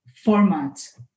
format